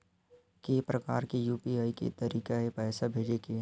के प्रकार के यू.पी.आई के तरीका हे पईसा भेजे के?